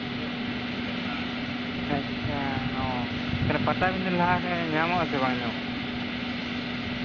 ᱟᱪᱪᱷᱟ ᱚ ᱯᱟᱴᱟᱵᱤᱱᱫᱟᱹ ᱞᱟᱦᱟᱨᱮ ᱧᱟᱢᱚᱜ ᱟᱥᱮ ᱵᱟᱝ ᱧᱟᱢᱚᱜᱼᱟ